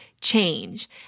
change